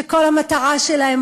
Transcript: שכל המטרה שלהם,